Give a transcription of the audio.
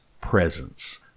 presence